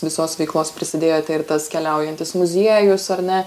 visos veiklos prisidėjote ir tas keliaujantis muziejus ar ne